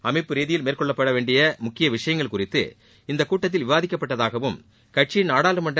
அமைப்பு ரீதியில் மேற்கொள்ளப்பட வேண்டிய முக்கிய விஷயங்கள் குறித்து இக்கூட்டத்தில் விவாதிக்கப்பட்டதாகவும் கட்சியின் நாடாளுமன்ற